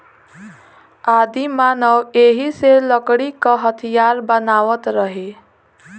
आदिमानव एही से लकड़ी क हथीयार बनावत रहे